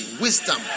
Wisdom